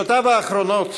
בשנותיו האחרונות